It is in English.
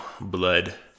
Blood